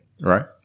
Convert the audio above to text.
Right